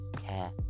care